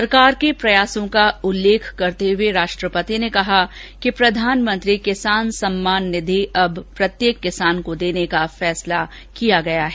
सरकार के प्रयासों का उल्ले ख करते हुए राष्ट्रपति ने कहा कि प्रधानमंत्री किसान सम्मोन निधि अब प्रत्येक किसान को देर्ने का फैसला किया गया है